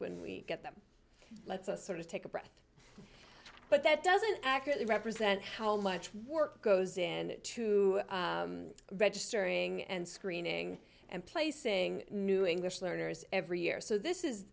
when we get them let's us sort of take a breath but that doesn't accurately represent how much work goes in to registering and screening and placing new english learners every year so this is